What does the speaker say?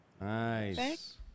Nice